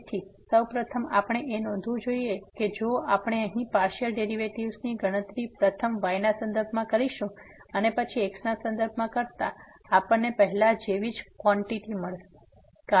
તેથી સૌ પ્રથમ આપણે એ નોંધવું જોઇએ કે જો આપણે અહીં પાર્સીઅલ ડેરીવેટીવ ની ગણતરી પ્રથમ y ના સંદર્ભમાં કરીશું અને પછી x ના સંદર્ભમાં કરતા આપણને પહેલા જેવીજ ક્વાન્ટીટી મળશે